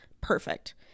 perfect